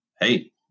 hey